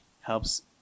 helps